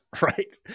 right